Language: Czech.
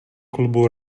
klubu